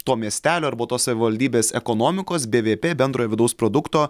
to miestelio arba tos savivaldybės ekonomikos bvp bendrojo vidaus produkto